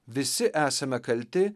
visi esame kalti